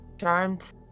charmed